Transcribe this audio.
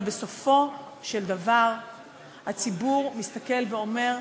אבל בסופו של דבר הציבור מסתכל ואומר: